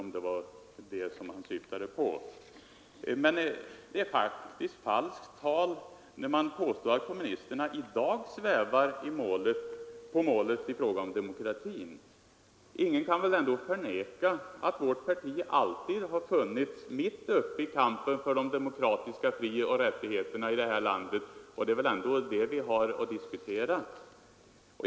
Men det är också falskt tal när man påstår att kommunisterna i dag svävar på målet i fråga om demokratin. Ingen kan förneka att vårt parti alltid har funnits mitt uppe i kampen för de demokratiska frioch rättigheterna i det här landet, och det är väl ändå det vi har att diskutera.